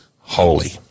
holy